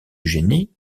génie